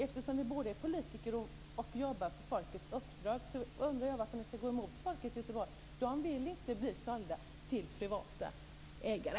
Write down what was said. Eftersom vi båda är politiker och jobbar på folkets uppdrag, undrar jag varför ni skall gå emot folket i Göteborg. De vill inte bli sålda till privata ägare.